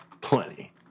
Plenty